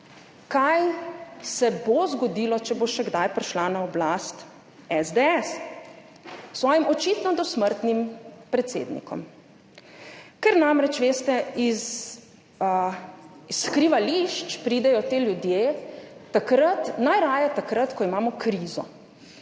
kaj se bo zgodilo, če bo še kdaj prišla na oblast SDS s svojim očitno dosmrtnim predsednikom. Ker namreč, veste, iz skrivališč pridejo ti ljudje najraje takrat, ko imamo krizo.